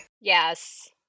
Yes